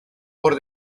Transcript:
por